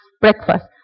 breakfast